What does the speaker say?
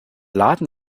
laden